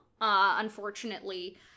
Unfortunately